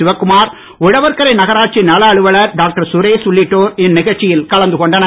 சிவக்குமார் உழவர்கரை நகராட்சி நல அலுவலர் டாக்டர் சுரேஷ் உள்ளிட்டோர் இந்நிகழ்ச்சியில் கலந்து கொண்டனர்